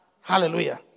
Hallelujah